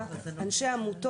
מה המילה?